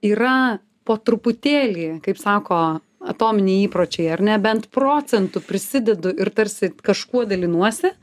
yra po truputėlį kaip sako atominiai įpročiai ar ne bent procentu prisidedu ir tarsi kažkuo dalinuosi